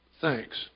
thanks